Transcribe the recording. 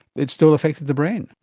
it still affected the brain.